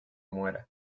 muera